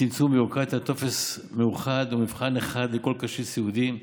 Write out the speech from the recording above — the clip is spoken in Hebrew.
צמצום ביורוקרטיה: טופס מאוחד ומבחן אחד לכל קשיש סיעודי,